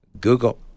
Google